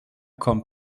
kommt